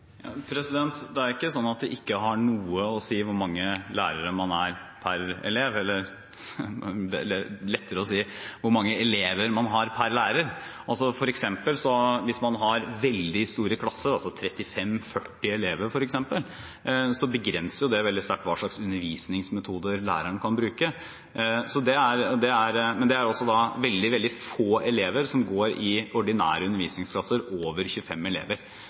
det er lettere å si – hvor mange elever man har per lærer. Hvis man har veldig store klasser, f.eks. 35–40 elever, begrenser det veldig sterkt hva slags undervisningsmetoder læreren kan bruke. Men det er veldig få elever som går i ordinære undervisningsklasser på over 25 elever – veldig få elever gjør det. Jeg tror at suksessen i